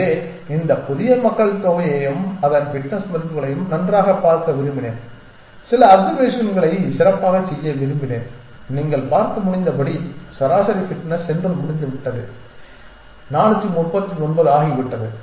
எனவே இந்த புதிய மக்கள்தொகையையும் அதன் ஃபிட்னஸ் மதிப்புகளையும் நன்றாகப் பார்க்க விரும்பினேன் சில அப்சர்வேசன்களைச் சிறப்பாகச் செய்ய விரும்பினேன் நீங்கள் பார்க்க முடிந்தபடி சராசரி ஃபிட்னஸ் சென்றுவிட்டது 439 ஆகிவிட்டது